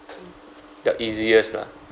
the easiest lah